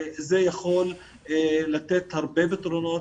זה יכול לתת הרבה פתרונות.